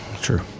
True